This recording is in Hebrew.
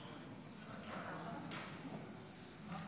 אין